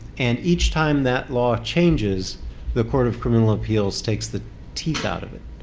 and each time that law changes the court of criminal appeals takes the teeth out of it.